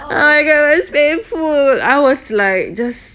oh my god it was painful I was like just